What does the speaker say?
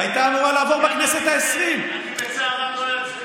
אני בצער רב לא יכול להצביע,